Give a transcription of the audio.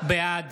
בעד